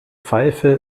pfeife